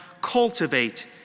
cultivate